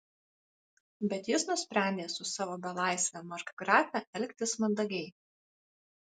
bet jis nusprendė su savo belaisve markgrafe elgtis mandagiai